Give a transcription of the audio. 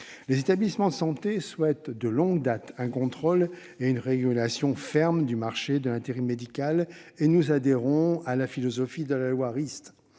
Les établissements de santé plaident de longue date pour un contrôle et une régulation ferme du marché de l'intérim médical, et nous adhérons à la philosophie de la loi du